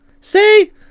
say